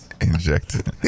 Injected